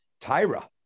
Tyra